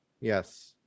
Yes